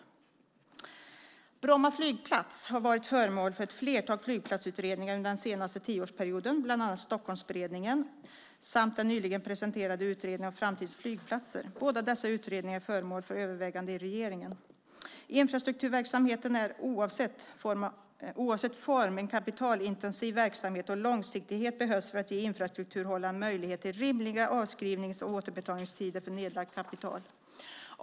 Bromma flygplats har varit föremål för ett flertal flygplatsutredningar under den senaste tioårsperioden, bland annat Stockholmsberedningen samt den nyligen presenterade utredningen Framtidens flygplatser . Båda dessa utredningar är föremål för överväganden i regeringen. Infrastrukturverksamhet är oavsett form en kapitalintensiv verksamhet, och långsiktighet behövs för att ge infrastrukturhållaren möjlighet till rimliga avskrivnings och återbetalningstider för nedlagt kapital.